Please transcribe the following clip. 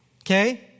Okay